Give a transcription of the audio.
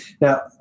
now